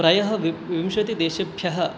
प्रायः वि विंशतिदेशेभ्यः